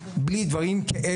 ישיר לנושא הזה מכוון,